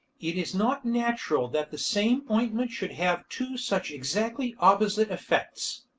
it is not natural that the same ointment should have two such exactly opposite effects.